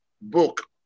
book